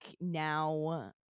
now